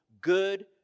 good